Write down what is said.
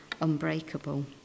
unbreakable